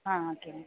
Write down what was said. ஆ ஆ okay ma'am